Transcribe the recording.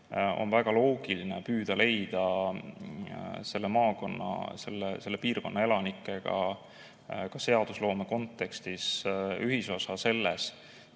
väga loogiline püüda leida selle maakonna, selle piirkonna elanikega ka seadusloome kontekstis ühisosa selles,